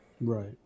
right